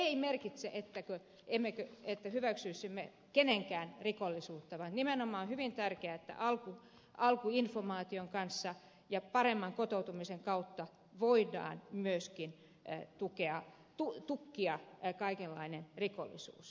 se ei merkitse sitä että hyväksyisimme kenenkään rikollisuutta vaan nimenomaan on hyvin tärkeää että alkuinformaation kanssa ja paremman kotoutumisen kautta voidaan myöskin tukkia kaikenlainen rikollisuus